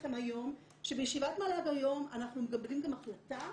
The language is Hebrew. לכם היום שבישיבת מל"ג היום אנחנו מקבלים גם החלטה